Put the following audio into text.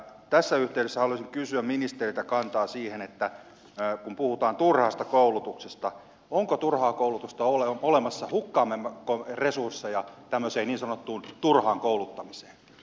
tässä yhteydessä haluaisin kysyä ministeriltä kantaa siihen kun puhutaan turhasta koulutuksesta onko turhaa koulutusta olemassa hukkaammeko resursseja tämmöiseen niin sanottuun turhaan kouluttamiseen